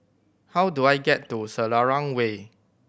how do I get to Selarang Way